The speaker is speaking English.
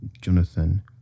jonathan